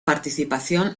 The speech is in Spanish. participación